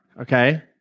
okay